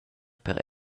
per